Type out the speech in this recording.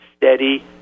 steady